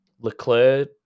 Leclerc